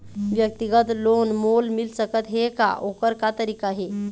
व्यक्तिगत लोन मोल मिल सकत हे का, ओकर का तरीका हे?